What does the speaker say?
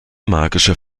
magischen